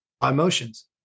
Emotions